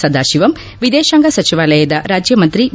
ಸದಾಶಿವಂ ವಿದೇಶಾಂಗ ಸಚಿವಾಲಯದ ರಾಜ್ಯಮಂತ್ರಿ ವಿ